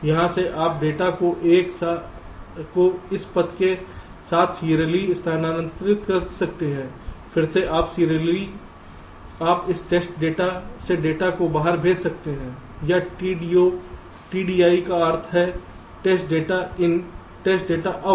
यहां से आप डेटा को इस पथ के साथ सीरियली स्थानांतरित कर सकते हैं फिर से आप सीरियली आप इस टेस्ट डेटा से डेटा को बाहर भेज सकते हैं या TDO TDI का अर्थ है test data in test data out